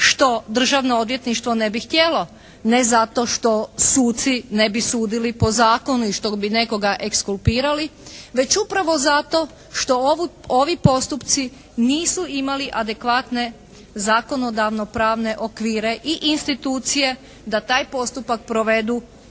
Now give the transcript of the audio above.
što Državno odvjetništvo ne bi htjelo, ne zato što suci ne bi sudili po zakonu i što bi nekoga ekskulpirali već upravo zato što ovi postupci nisu imali adekvatne zakonodavno pravne okvire i institucije da taj postupak provedu